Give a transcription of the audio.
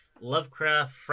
Lovecraft